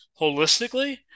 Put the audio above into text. holistically